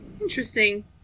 Interesting